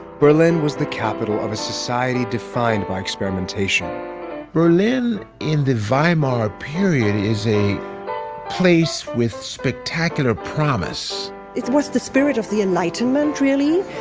berlin was the capital of a society defined by experimentation berlin in the weimar period is a place with spectacular promise it was the spirit of the enlightenment, really.